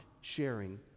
sharing